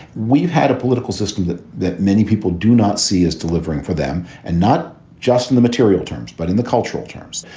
we've had a political system that that many people do not see as delivering for them, and not just in the material terms, but in the cultural terms.